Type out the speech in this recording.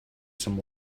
some